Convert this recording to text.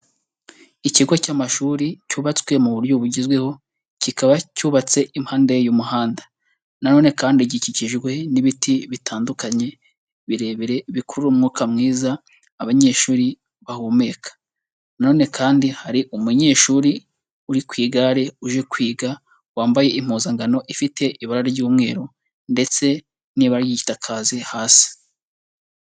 Ikigo cy'amashuri cyubatswe mu buryo bugezweho kikaba cyubatse impande y'umuhanda, na none kandi gikikijwe n'ibiti bitandukanye birebire bikurura umwuka mwiza abanyeshuri bahumeka. Na none kandi hari umunyeshuri uri ku igare uje kwiga wambaye impuzankano ifite ibara ry'umweru ndetse n'ibara ry'igitaka hasi.